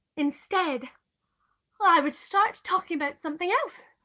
instead i would start talking about something else